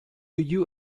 you